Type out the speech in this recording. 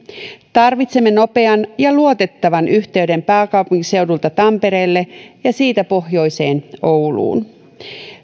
tarvitsemme nopean ja luotettavan yhteyden pääkaupunkiseudulta tampereelle ja siitä pohjoiseen ouluun